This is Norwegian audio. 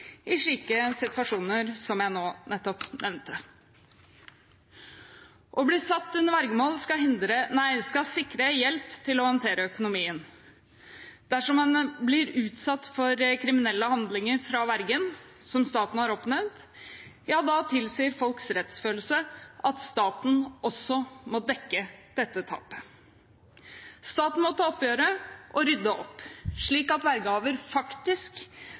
i slike situasjoner som jeg nettopp nevnte. Å bli satt under vergemål skal sikre hjelp til å håndtere økonomien. Dersom man blir utsatt for kriminelle handlinger fra vergen som staten har oppnevnt, tilsier folks rettsfølelse at staten også må dekke dette tapet. Staten må ta oppgjøret og rydde opp, slik at vergehaver faktisk